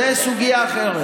זו סוגיה אחרת.